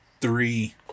three